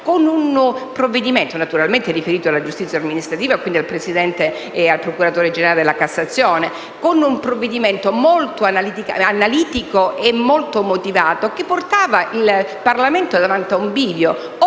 con un provvedimento (naturalmente riferito alla giustizia amministrativa e quindi al presidente e al procuratore generale della Corte di cassazione) molto analitico e molto motivato, che portava il Parlamento davanti a un bivio: cassare